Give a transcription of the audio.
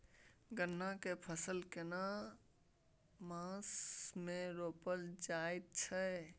गन्ना के फसल केना मास मे रोपल जायत छै?